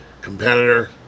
Competitor